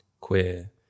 queer